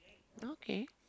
okay